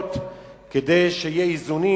מקומיות כדי שיהיו איזונים,